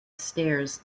stairs